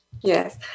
Yes